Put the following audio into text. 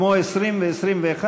כמו 20 ו-21,